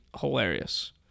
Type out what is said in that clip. hilarious